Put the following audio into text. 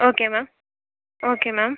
okay ma'am okay ma'am